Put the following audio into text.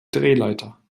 drehleiter